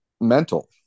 mental